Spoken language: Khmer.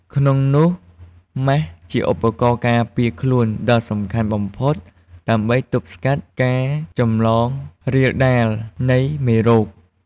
ក្នុងនោះម៉ាស់ ជាឧបករណ៍ការពារខ្លួនដ៏សំខាន់បំផុតដើម្បី ទប់ស្កាត់ការចម្លងរាលដាលនៃមេរោគ។